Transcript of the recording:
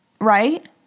Right